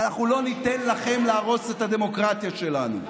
ואנחנו לא ניתן לכם להרוס את הדמוקרטיה שלנו.